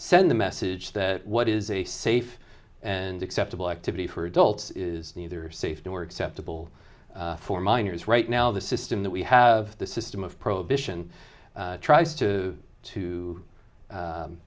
send the message that what is a safe and acceptable activity for adults is neither safe nor acceptable for minors right now the system that we have the system of prohibition tries to to